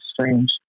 strange